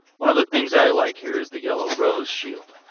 one of the things i like here is the yellow rose shield.